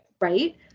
right